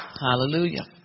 Hallelujah